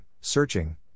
searching